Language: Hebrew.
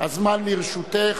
הזמן לרשותך.